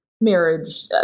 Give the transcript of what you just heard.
marriage